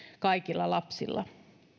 kaikilla lapsilla